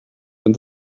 and